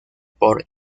por